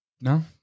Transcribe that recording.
No